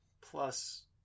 plus